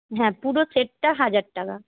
হ্যাঁ পুরো সেটটা হাজার টাকা